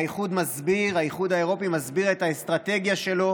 והאיחוד האירופי מסביר את האסטרטגיה שלו